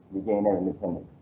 we gain independence.